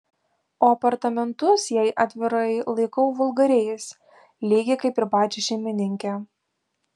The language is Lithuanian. o apartamentus jei atvirai laikau vulgariais lygiai kaip ir pačią šeimininkę